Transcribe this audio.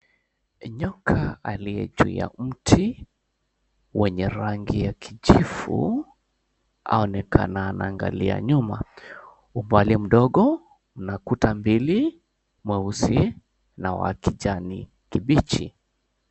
Nyoka aliye juu ya mti, wenye rangi ya kijivu, aonekana anaangalia nyuma. Umbali mdogo mna kuta mbili, mweusi na wa kijani kibichi.